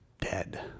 dead